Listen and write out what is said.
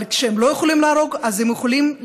אבל כשהם לא יכולים להרוג, אז הם יכולים להסית,